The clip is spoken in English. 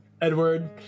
Edward